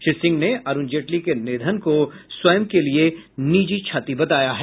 श्री सिंह ने अरूण जेटली के निधन को स्वयं के लिए निजी क्षति बताया है